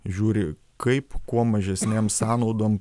žiūri kaip kuo mažesnėm sąnaudom